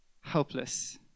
helpless